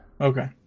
Okay